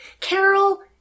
Carol